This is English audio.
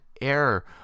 error